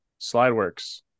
Slideworks